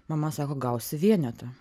mama sako gausi vienetą